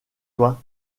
fois